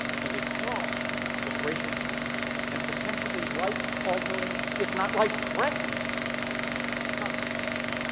can be fraught with racial tension and potentially life-altering if not life-threatening consequences.